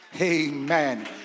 Amen